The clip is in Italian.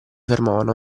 fermavano